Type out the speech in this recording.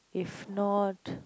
if not